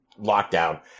lockdown